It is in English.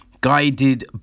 guided